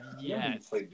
yes